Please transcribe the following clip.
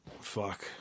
fuck